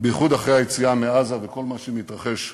בייחוד אחרי היציאה מעזה וכל מה שמתרחש,